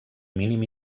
mínim